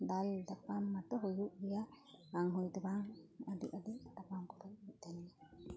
ᱫᱟᱞ ᱛᱟᱯᱟᱢ ᱢᱟᱛᱚ ᱦᱩᱭᱩᱜ ᱜᱮᱭᱟ ᱵᱟᱝ ᱦᱩᱭᱫᱚ ᱵᱟᱝ ᱟᱹᱰᱤ ᱟᱹᱰᱤ ᱛᱟᱯᱟᱢ ᱠᱚᱫᱚ ᱦᱩᱭᱩᱜ ᱛᱟᱦᱮᱱᱟ